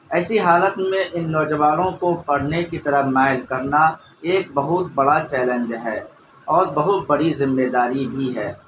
ایسی حالت میں ان نوجوانوں کو پڑھنے کی طرف مائل کرنا ایک بہت بڑا چیلنج ہے اور بہت بڑی ذمے داری بھی ہے